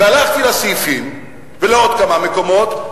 והלכתי לסעיפים ולעוד כמה מקומות,